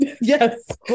yes